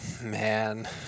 man